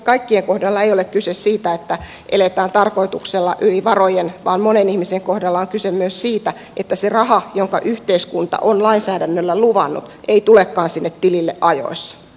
kaikkien kohdalla ei ole kyse siitä että eletään tarkoituksella yli varojen vaan monen ihmisen kohdalla on kyse myös siitä että se raha jonka yhteiskunta on lainsäädännöllä luvannut ei tulekaan sinne tilille ajoissa